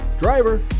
Driver